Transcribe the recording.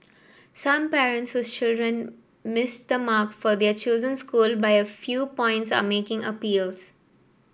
some parents children missed the mark for their chosen school by a few points are making appeals